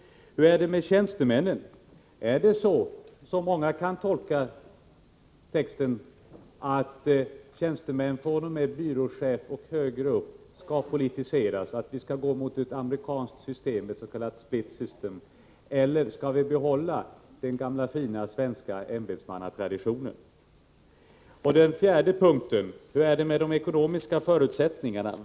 Hur är det med tjänstemännen? Är det, som många kan tolka texten, så att tjänstemännen fr.o.m. byråchef och uppåt skall politiseras? Skall vi gå mot ett amerikanskt system, ett ss.k. split system, eller skall vi behålla den gamla fina svenska ämbetsmannatraditionen? Hur är det med de ekonomiska förutsättningarna?